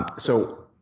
ah so,